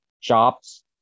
jobs